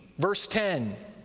verse ten,